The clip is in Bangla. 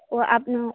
তো আপনার